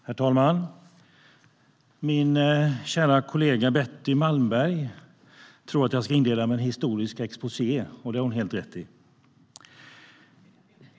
Herr talman! Min kära kollega Betty Malmberg tror att jag ska inleda med en historisk exposé. Det har hon helt rätt i.